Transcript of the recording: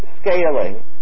scaling